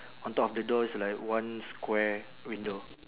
on top of the door is like one square window